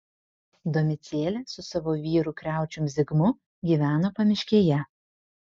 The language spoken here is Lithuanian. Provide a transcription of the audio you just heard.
domicėlė su savo vyru kriaučium zigmu gyveno pamiškėje